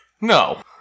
No